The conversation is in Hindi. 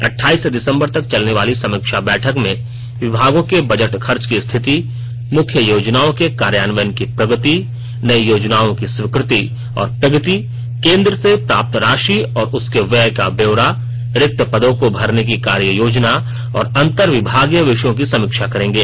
अठाइस दिसंबर तक चलने वाली समीक्षा बैठक में विभागों के बजट खर्च की रिथिति मुख्य योजनाओं के कार्यान्वयन की प्रगति नई योजनाओं की स्वीकृति और प्रगति केंद्र से प्राप्त राशि और उसके व्यय का ब्यौरा रिक्त पदों को भरने की कार्य योजना और अंतर विभागीय विषयों की समीक्षा करेंगे